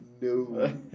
No